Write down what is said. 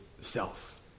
self